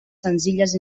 senzilles